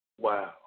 Wow